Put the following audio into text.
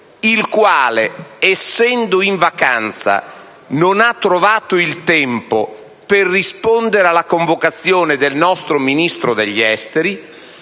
il quale essendo in vacanza non ha trovato il tempo per rispondere alla convocazione del nostro Ministro degli affari